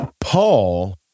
Paul